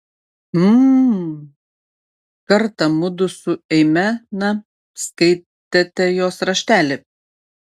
mm kartą mudu su eime na skaitėte jos raštelį